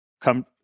come